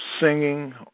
singing